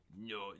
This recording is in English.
No